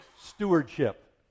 stewardship